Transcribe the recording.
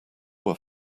were